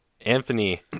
Anthony